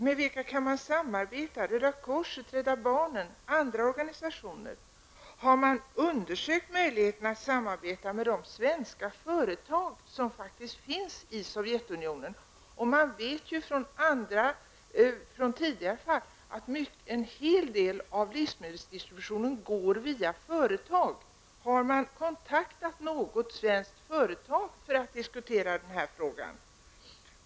Med vilka kan man samarbeta -- Röda korset, Rädda barnen, andra organisationer? Har man undersökt möjligheten till samarbete med de svenska företag som faktiskt finns i Sovjetunionen? Man vet ju sedan tidigare att en hel del av livsmedelsdistributionen går via företag. Har man kontaktat något svenskt företag för att diskutera frågan?